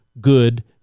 good